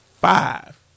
Five